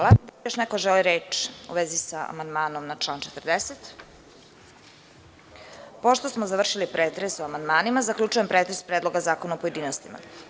Da li još neko želi reč u vezi sa amandmanom na član 40? (Ne.) Pošto smo završili pretres o amandmanima, zaključujem pretres Predloga zakona u pojedinostima.